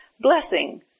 Blessing